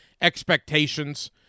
expectations